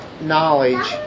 knowledge